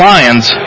Lions